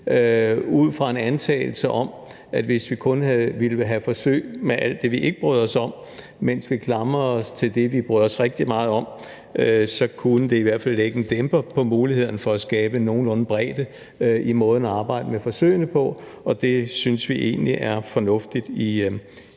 ud fra en antagelse om, at hvis vi kun ville have forsøg med alt det, vi ikke bryder os om, mens vi klamrede os til det, vi bryder os rigtig meget om, så kunne det i hvert fald lægge en dæmper på mulighederne for at skabe nogenlunde bredde i måden at arbejde med forsøgene på, og det synes vi egentlig er fornuftigt